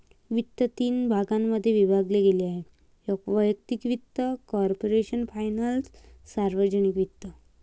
वित्त तीन भागांमध्ये विभागले गेले आहेः वैयक्तिक वित्त, कॉर्पोरेशन फायनान्स, सार्वजनिक वित्त